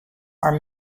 are